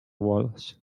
walls